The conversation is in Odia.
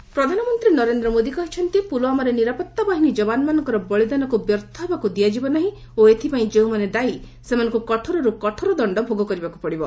ରିଭ ପିଏମ୍ ଝାନ୍ସୀ ପ୍ରଧାନମନ୍ତ୍ରୀ ନରେନ୍ଦ୍ର ମୋଦି କହିଛନ୍ତି ପୁଲଓ୍ୱାମାରେ ନିରାପତ୍ତା ବାହିନୀ ଯବାନମାନଙ୍କର ବଳିଦାନକୁ ବ୍ୟର୍ଥ ହେବାକୁ ଦିଆଯିବ ନାହିଁ ଓ ଏଥିପାଇଁ ଯେଉଁମାନେ ଦାୟୀ ସେମାନଙ୍କୁ କଠୋରୁ କଠୋର ଦଣ୍ଡ ଭୋଗ କରିବାକୁ ପଡିବ